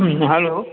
hello